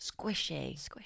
Squishy